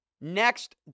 next